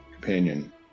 companion